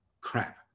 Crap